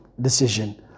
decision